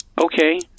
Okay